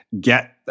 get